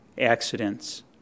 accidents